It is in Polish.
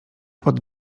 pod